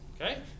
okay